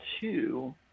two